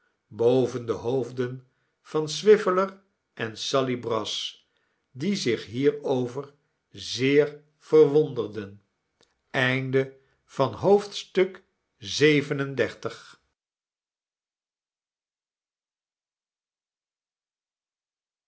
boven de hoofden van swiveller en sally brass die zich hierover zeer verwonderden